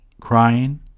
crying